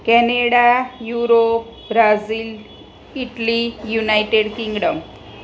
Canada Europe Brazil Italy United Kingdom